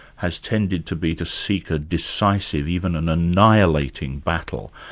has tended to be to seek a decisive, even an annihilating battle,